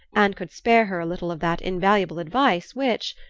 and could spare her a little of that invaluable advice which.